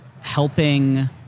helping